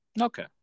Okay